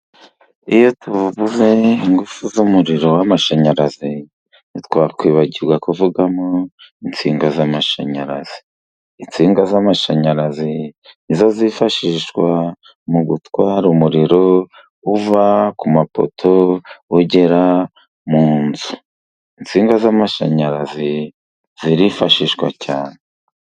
Iyo tuvuze ingufu z'umuriro w'amashanyarazi, ntitwakwibagirwa kuvugamo insinga z'amashanyarazi. Insinga z'amashanyarazi ni zo zifashishwa mu gutwara umuriro uva ku mapoto, ugera mu nzu. Insinga z'amashanyarazi zirifashishwa cyane.